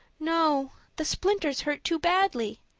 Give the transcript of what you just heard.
no. the splinters hurt too badly.